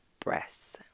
Breasts